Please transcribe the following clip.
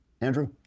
Andrew